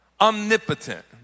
omnipotent